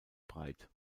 breit